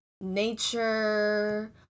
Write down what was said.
nature